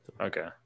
Okay